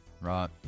Right